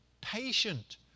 patient